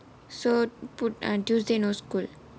so put on tuesday no school